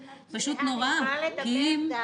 סליחה, אני יכולה לדבר?